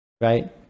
right